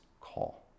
call